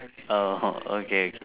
err orh okay okay